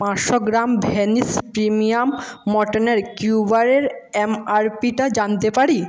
পাঁচশো gram Danish premium মটনের কিউবের এম আর পিটা জানতে পারি